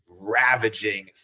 ravaging